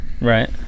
Right